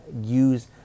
use